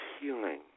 healing